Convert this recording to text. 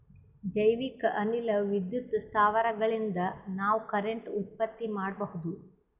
ಜೈವಿಕ್ ಅನಿಲ ವಿದ್ಯುತ್ ಸ್ಥಾವರಗಳಿನ್ದ ನಾವ್ ಕರೆಂಟ್ ಉತ್ಪತ್ತಿ ಮಾಡಬಹುದ್